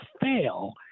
fail